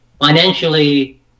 financially